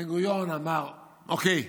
בן-גוריון אמר: אוקיי,